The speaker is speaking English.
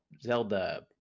zelda